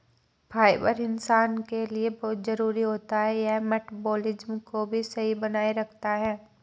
fibre इंसान के लिए बहुत जरूरी होता है यह मटबॉलिज़्म को भी सही बनाए रखता है